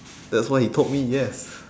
that's what he told me yes